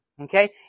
Okay